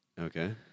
Okay